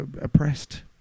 Oppressed